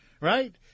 Right